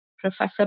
Professor